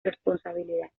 responsabilidad